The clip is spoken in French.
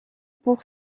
pour